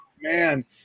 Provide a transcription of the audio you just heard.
man